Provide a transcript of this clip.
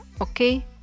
Okay